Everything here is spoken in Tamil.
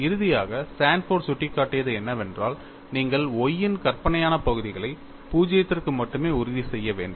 இறுதியாக சான்ஃபோர்டு சுட்டிக்காட்டியது என்னவென்றால் நீங்கள் Y இன் கற்பனையான பகுதிகளை 0 க்கு மட்டுமே உறுதி செய்ய வேண்டும்